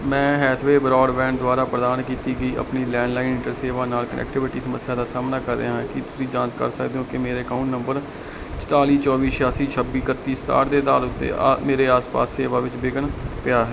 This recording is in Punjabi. ਮੈਂ ਹੈਥਵੇ ਬਰਾਡਬੈਂਡ ਦੁਆਰਾ ਪ੍ਰਦਾਨ ਕੀਤੀ ਗਈ ਆਪਣੀ ਲੈਂਡਲਾਈਨ ਇੰਟਰ ਸੇਵਾ ਨਾਲ ਕਨੈਕਟੀਵਿਟੀ ਸਮੱਸਿਆਵਾਂ ਦਾ ਸਾਹਮਣਾ ਕਰ ਰਿਹਾ ਹਾਂ ਕੀ ਤੁਸੀਂ ਜਾਂਚ ਕਰ ਸਕਦੇ ਹੋ ਕਿ ਕੀ ਮੇਰੇ ਅਕਾਊਂਟ ਨੰਬਰ ਚੁਤਾਲੀ ਚੌਵੀ ਛਿਆਸੀ ਛੱਬੀ ਇਕੱਤੀ ਸਤਾਹਠ ਦੇ ਅਧਾਰ ਉੱਤੇ ਮੇਰੇ ਆਸ ਪਾਸ ਸੇਵਾ ਵਿੱਚ ਵਿਘਨ ਪਿਆ ਹੈ